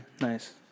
Nice